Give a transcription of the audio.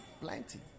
plenty